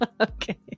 Okay